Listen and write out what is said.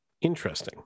Interesting